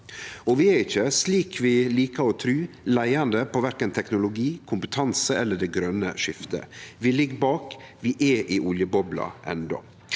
Vi er ikkje, slik vi likar å tru, leiande på verken teknologi, kompetanse eller det grøne skiftet. Vi ligg bak – vi er i oljebobla enno.